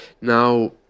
Now